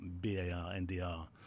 B-A-R-N-D-R